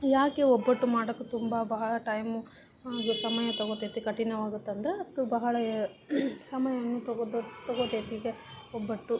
ಯಾಕೆ ಒಬ್ಬಟ್ಟು ಮಾಡೋಕೆ ತುಂಬ ಬಹಳ ಟೈಮು ಹಾಗೂ ಸಮಯ ತಗೊಳ್ತೈತಿ ಕಠಿಣವಾಗುತ್ತಂದ್ರೆ ಅದು ಬಹಳ ಏ ಸಮಯವನ್ನು ತಗೋತೈ ತಗೊತೈತಿ ಒಬ್ಬಟ್ಟು